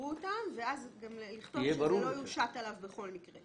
ותסדרו אותם ולכתוב שעלות של קורס לא תושת עליו בכל מקרה.